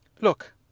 Look